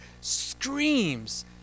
screams